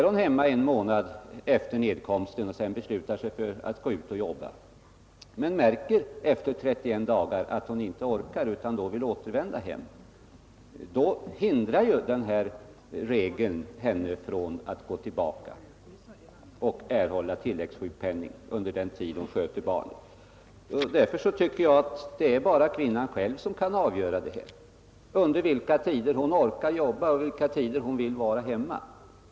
Om en kvinna varit i arbete en månad efter nedkomsten men efter 31 dagar märker att hon inte orkar utan vill återvända hem, hindrar ju denna regel henne från att gå tillbaka och erhålla tilläggssjukpenning under den tid hon sköter barnet. Det är bara kvinnan själv som kan avgöra under vilka tider hon orkar jobba och under vilka tider hon vill vara hemma.